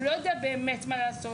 הוא לא יודע באמת מה לעשות,